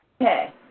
Okay